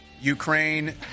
Ukraine